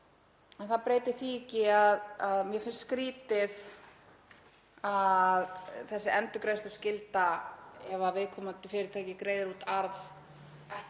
það breytir því ekki að mér finnst skrýtið að þessi endurgreiðsluskylda, ef viðkomandi fyrirtækið greiðir út arð, ætti